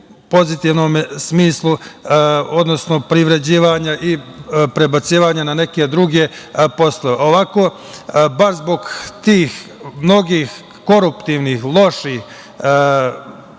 pozitivnom smislu, odnosno privređivanja i prebacivanja na neke druge poslove. Ovako, baš zbog tih mnogih koruptivnih, loših